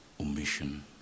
omission